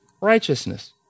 righteousness